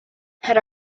had